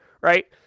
right